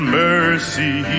mercy